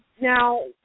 now